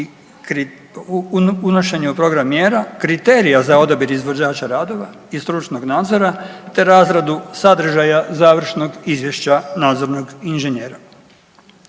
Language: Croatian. unošenje u program mjera kriterija za odabir izvođača radova i stručnog nadzora, te razradu sadržaja završnog izvješća nadzornog inženjera.